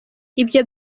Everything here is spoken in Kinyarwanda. ibyo